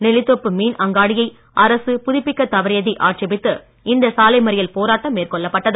நெல்லித்தோப்பு மீன் அங்காடியை அரசு புதுப்பிக்க தவறியதை ஆட்சேபித்து இந்த சாலை மறியல் போராட்டம் மேற்கொள்ளப்பட்டது